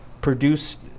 produced